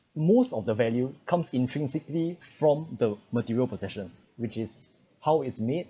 most of the value comes intrinsically from the material possession which is how its made